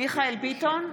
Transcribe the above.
מיכאל מרדכי ביטון,